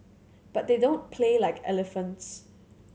but they don't play like elephants